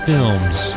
Films